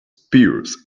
pears